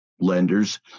lenders